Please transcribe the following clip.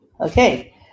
okay